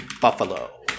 Buffalo